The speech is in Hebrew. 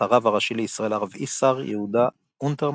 הרב הראשי לישראל הרב איסר יהודה אונטרמן,